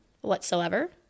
whatsoever